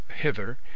hither